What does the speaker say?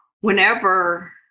whenever